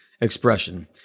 expression